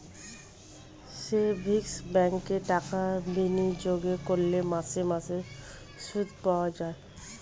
savings ব্যাঙ্কে টাকা বিনিয়োগ করলে মাসে মাসে সুদ পাওয়া যায়